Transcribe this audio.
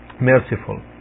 merciful